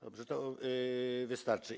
Dobrze, to wystarczy.